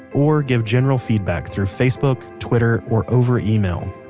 or give general feedback through facebook, twitter, or over email.